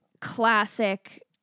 classic